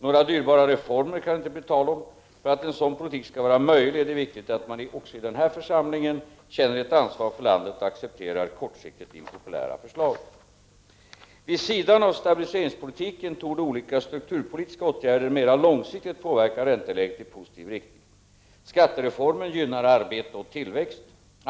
Några dyrbara reformer kan det inte bli tal om. För att en sådan politik skall vara möjlig är det viktigt att man också i den här församlingen känner ett ansvar för landet och accepterar kortsiktigt impopulära förslag. Vid sidan av stabiliseringspolitiken torde olika strukturpolitiska åtgärder mera långsiktigt påverka ränteläget i positiv riktning. Skattereformen gynnar arbete och tillväxt.